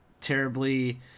terribly